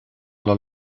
alla